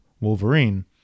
Wolverine